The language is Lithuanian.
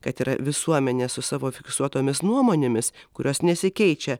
kad yra visuomenė su savo fiksuotomis nuomonėmis kurios nesikeičia